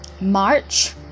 March